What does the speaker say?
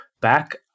back